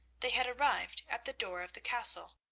they had arrived at the door of the castle.